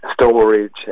storage